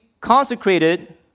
consecrated